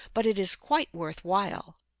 but it is quite worth while.